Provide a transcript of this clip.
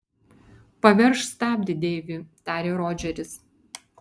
paveržk stabdį deivi tarė rodžeris